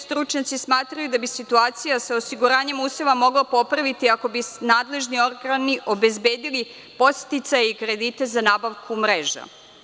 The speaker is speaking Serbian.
Stručnjaci smatraju da bi situacija sa osiguranjem useva mogla da se popravi ako bi nadležni organi obezbedili podsticaje i kredite za nabavku mreža.